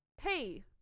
Hey